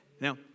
Now